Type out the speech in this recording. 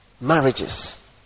marriages